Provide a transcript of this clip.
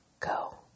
go